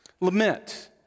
Lament